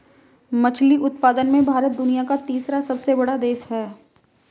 मछली उत्पादन में भारत दुनिया का तीसरा सबसे बड़ा देश है